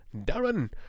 Darren